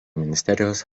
ministerijos